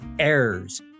errors